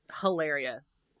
hilarious